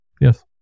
yes